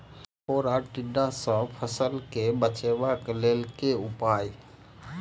ऐंख फोड़ा टिड्डा सँ फसल केँ बचेबाक लेल केँ उपाय?